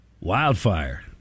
Wildfire